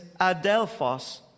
adelphos